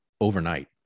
overnight